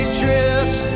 drifts